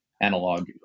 analog